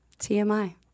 TMI